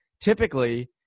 typically